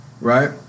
right